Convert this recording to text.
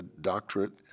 doctorate